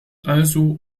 also